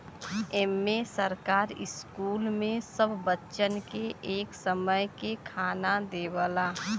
इम्मे सरकार स्कूल मे सब बच्चन के एक समय के खाना देवला